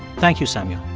thank you, samuel